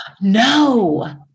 No